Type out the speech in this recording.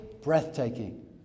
breathtaking